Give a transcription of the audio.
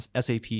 SAP